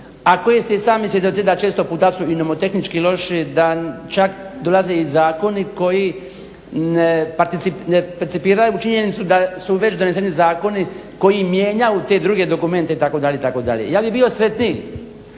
kojih ste i sami svjedoci da često puta su i nomotehnički loši, da čak dolaze i zakoni koji ne percipiraju činjenicu da su već doneseni zakoni koji mijenjaju te druge dokumente itd. itd. Ja bih bio sretniji